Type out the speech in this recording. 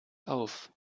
auf